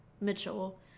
Mitchell